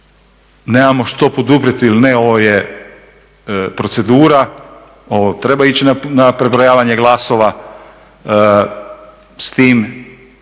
nemamo što poduprijeti ili ne, ovo je procedura, ovo treba ići na prebrojavanje glasova s tim